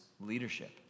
leadership